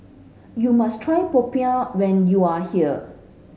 you must try Popiah when you are here